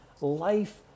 life